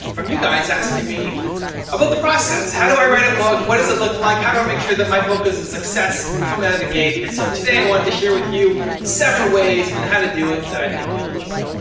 from you guys, asking me about the process. how do i write a book, what does it look like? how do i make sure that my book is a success, comin' out of the gate? and so, today, i wanted to share with you seven ways on how to do it, that i think you'll enjoy.